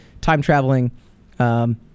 time-traveling